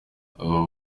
abo